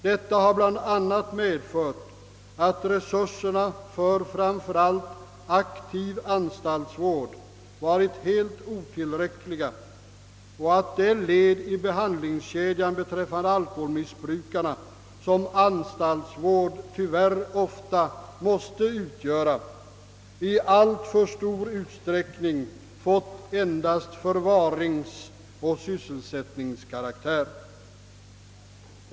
Detta har bland annat medfört att resurserna för framför allt aktiv anstaltsvård varit helt otillräckliga och att det led i behandlingskedjan beträffande alkoholmissbrukarna, som anstaltsvård tyvärr alltför ofta måste utgöra, i alltför stor utsträckning fått endast förvaringsoch sysselsättningskaraktär.